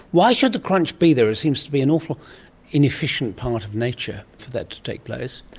why should the crunch be there? it seems to be an awfully inefficient part of nature, for that to take place.